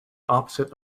opposite